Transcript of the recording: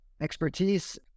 expertise